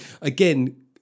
again